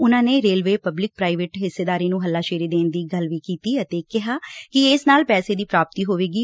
ਉਨੂਾ ਨੇ railway public private ਹਿੱਸੇਦਾਰੀ ਨੂੰ ਹੱਲਾਸ਼ੇਰੀ ਦੇਣ ਦੀ ਗੱਲ ਵੀ ਕੀਤੀ ਅਤੇ ਕਿਹਾ ਕਿ ਇਸ ਨਾਲ ਪੈਸੇ ਦੀ ਪ੍ਰਾਪਤੀ ਹੋਵੇਗੀ